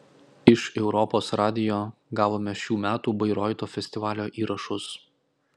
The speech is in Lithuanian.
iš europos radijo gavome šių metų bairoito festivalio įrašus